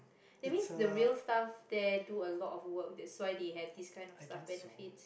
that means the real staff there do a lot of work that's why they have this kind of staff benefit